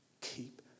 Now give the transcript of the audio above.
Keep